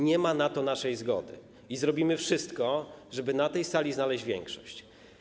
Nie ma na to naszej zgody i zrobimy wszystko, żeby na tej sali znaleźć większość.